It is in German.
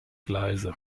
gleise